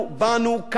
והתכנסנו כאן,